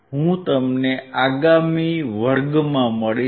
હું તમને આગામી વર્ગમાં મળીશ